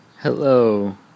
Hello